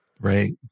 Right